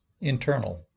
Internal